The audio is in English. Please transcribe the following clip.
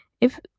if-